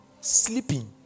sleeping